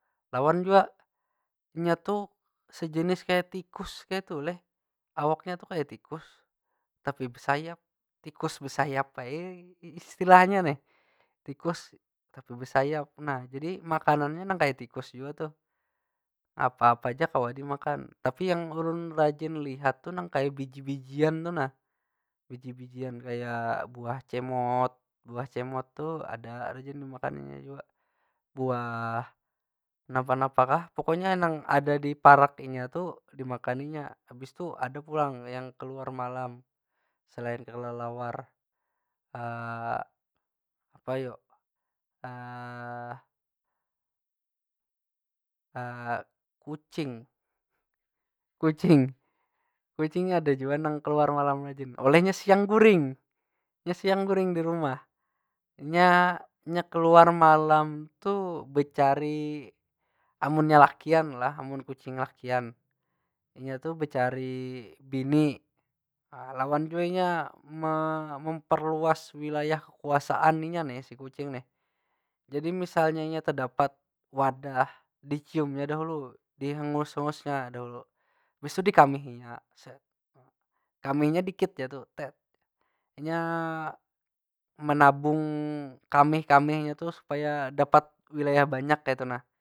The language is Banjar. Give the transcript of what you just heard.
Lawan jua, inya tu sejenis kaya tikus kaytu leh. Awaknya tu kaya tikus, tapi besayap. Tikus besayap ai istilahnya nih. Tikus tapi besayap. Nah jadi makanannya nang kaya tikus jua tuh. Apa- apa ja kawa dimakan. Tapi yang ulun rajin lihat tu nang kaya biji- bijian tu nah. Biji- bijian kaya buah cemot, buah cemot tu ada rajin dimakaninya jua. Buah napa- napa kah. Pokonya nang ada di parak inya tu dimakaninya. Habis tu ada pulang yang keluar malam selain kelelawar, apa yu? kucing. Kucing kucing ni ada jua nang keluar malam rajin, oleh nya siang guring. Nya siang guring di rumah, nya- nya keluar malam tu becari, amunnya lakian lah, amun kucing lakian, inya tu becari bini.lawan jua inya me- memperluas wilayah kekuasaan inya nih si kucing nih. jadi misalnya inya tedapat wadah, diciumnya dahulu. Dihengus- hengusnya dahulu, habis tu dikamihinya. Kamihinya dikit ja tu. Inya menabung kamih- kaminya tu supaya dapat wilayah banyak kaytu nah.